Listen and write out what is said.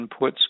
inputs